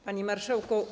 Panie Marszałku!